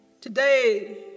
today